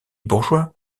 bourgeois